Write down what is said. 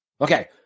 Okay